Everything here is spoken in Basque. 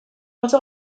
oso